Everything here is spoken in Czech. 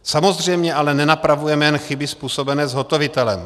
Samozřejmě ale nenapravujeme jen chyby způsobené zhotovitelem.